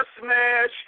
smash